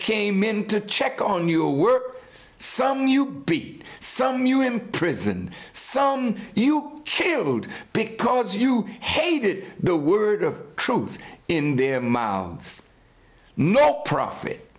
came in to check on you work some you beat some you imprisoned some you killed because you hated the word of truth in their mouths no pro